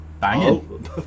banging